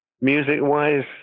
music-wise